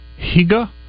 Higa